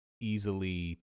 easily